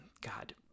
God